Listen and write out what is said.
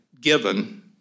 given